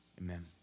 Amen